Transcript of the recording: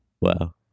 Wow